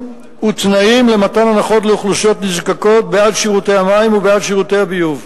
ותנאים למתן הנחות לאוכלוסיות נזקקות על שירותי המים ושירותי הביוב.